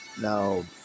Now